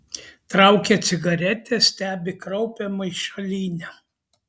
traukia cigaretę stebi kraupią maišalynę